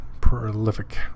prolific